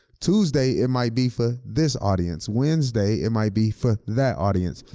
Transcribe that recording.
tuesday it might be for this audience. wednesday, it might be for that audience.